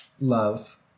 Love